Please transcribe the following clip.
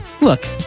Look